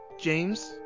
James